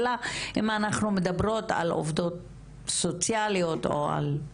אלא אם אנחנו מדברות על עובדות סוציאליות או על-